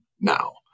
now